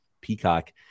Peacock